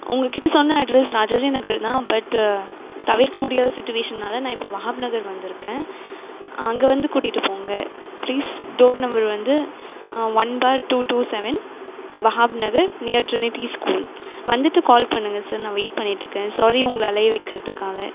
உங்கள்கிட்ட சொன்ன அட்ரஸ் ராஜாஜி நகர் தான் பட் தவிர்க்க முடியாத சுச்சிவேஷன்னால் நான் இப்போ வஹாப் நகர் வந்துயிருக்கேன் அங்கே வந்து கூட்டிகிட்டு போங்க ப்ளீஸ் டோர் நம்பர் வந்து one four two two seven Wahab Nagar near Trinity school வந்துவிட்டு கால் பண்ணுங்கள் சார் நான் வெயிட் பண்ணிட்யிருக்கேன் சாரி உங்களை அலைய வைக்கிறதுக்காக